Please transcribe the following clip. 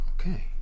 Okay